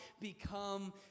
become